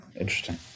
Interesting